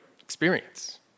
experience